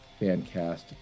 FanCast